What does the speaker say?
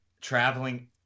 traveling